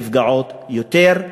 נפגעות יותר.